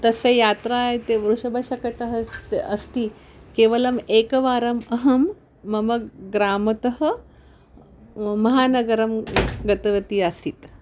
तस्य यात्रा इति वृषभशकटं स्य अस्ति केवलम् एकवारम् अहं मम ग्रामतः महानगरं गतवती आसीत्